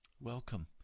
Welcome